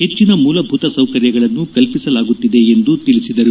ಹೆಚ್ಚನ ಮೂಲಭೂತ ಸೌಕರ್ಯಗಳನ್ನು ಕಲ್ಪಿಸಲಾಗುತ್ತಿದೆ ಎಂದು ತಿಳಿಸಿದರು